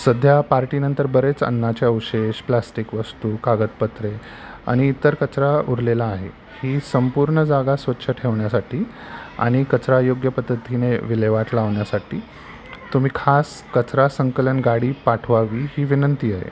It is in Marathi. सध्या पार्टीनंतर बरेच अन्नाचे अवशेष प्लास्टिक वस्तू कागदपत्रे आणि इतर कचरा उरलेला आहे ही संपूर्ण जागा स्वच्छ ठेवण्यासाठी आणि कचरा योग्य पद्धतीने विल्हेवाट लावण्यासाठी तुम्ही खास कचरा संकलन गाडी पाठवावी ही विनंती आहे